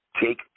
Take